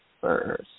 first